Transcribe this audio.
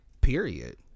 Period